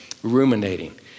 ruminating